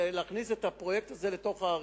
להכניס את הפרויקט הזה לתוך הערים.